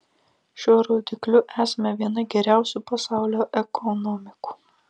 šiuo rodikliu esame viena geriausių pasaulio ekonomikų